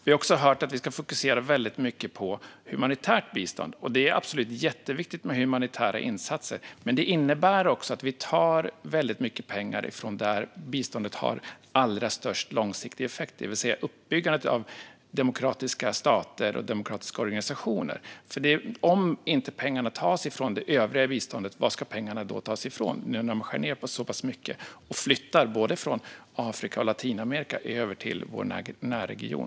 Vi har också hört att det ska fokuseras mycket på humanitärt bistånd. Det är jätteviktigt med humanitära insatser, men de innebär också att man tar mycket pengar från där biståndet har allra störst långsiktig effekt, det vill säga i uppbyggandet av demokratiska stater och demokratiska organisationer. Om pengarna inte tas från det övriga biståndet, varifrån ska de då tas nu när det skärs ned på så mycket och bistånd flyttas från både Afrika och Latinamerika över till vår närregion?